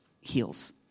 heals